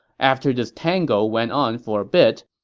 after this tango went on for a bit,